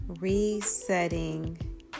Resetting